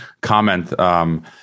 comment